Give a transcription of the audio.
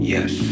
Yes